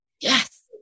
Yes